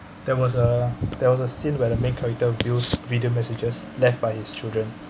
there was a there was a scene where the main character views video messages left by his children